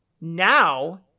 Now